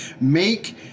make